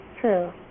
true